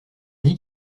dit